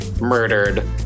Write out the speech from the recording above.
murdered